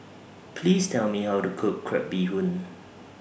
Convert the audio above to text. Please Tell Me How to Cook Crab Bee Hoon